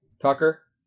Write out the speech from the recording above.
Tucker